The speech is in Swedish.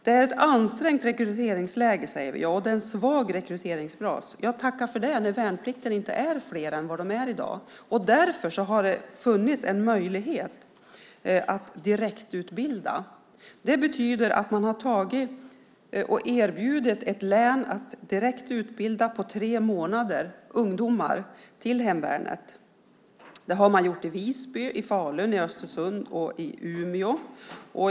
Det är ett ansträngt rekryteringsläge och en svag rekryteringsbas. Ja, tacka för det när de värnpliktiga inte är fler än vad de är i dag. Därför har det funnits en möjlighet att direktutbilda. Det betyder att man har erbjudit ett län att på tre månader utbilda ungdomar till hemvärnet. Det har man gjort i Visby, Falun, Östersund och Umeå.